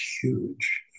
huge